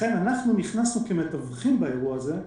אנחנו נכנסנו כמתווכים באירוע הזה.